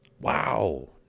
wow